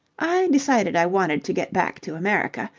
i decided i wanted to get back to america.